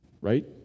right